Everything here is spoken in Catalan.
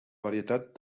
varietat